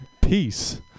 Peace